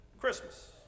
Christmas